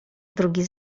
drugi